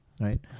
right